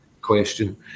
question